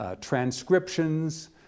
transcriptions